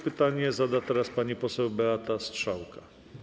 Pytanie zada teraz pani poseł Beata Strzałka.